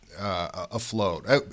afloat